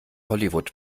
hollywood